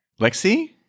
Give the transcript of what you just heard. Lexi